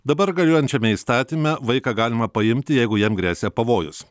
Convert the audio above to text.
dabar galiojančiame įstatyme vaiką galima paimti jeigu jam gresia pavojus